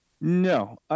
No